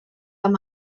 amb